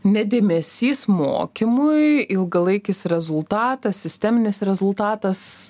nedėmesys mokymui ilgalaikis rezultatas sisteminis rezultatas